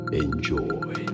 enjoy